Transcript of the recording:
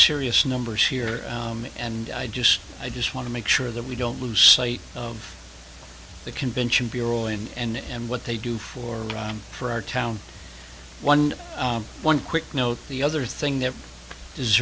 serious numbers here and i just i just want to make sure that we don't lose sight of the convention bureau in and what they do for for our town one one quick note the other thing that